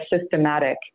systematic